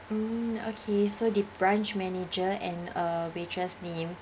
mmhmm okay so the branch manager and uh waitress name